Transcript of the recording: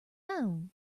down